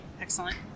excellent